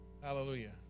Hallelujah